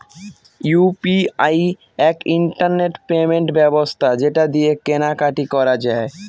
UPI এক internet payment ব্যবস্থা যেটা দিয়ে কেনা কাটি করা যায়